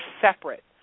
separate